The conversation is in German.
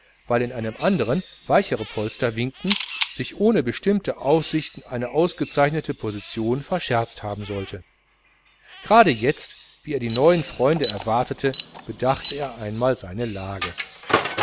weil in einem anderen weichere polster winkten sich ohne bestimmte ansichten eine ausgezeichnete position verscherzt haben sollte gerade jetzt wie er die neuen freunde erwartete bedachte er einmal seine lage